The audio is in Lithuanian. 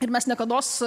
ir mes niekados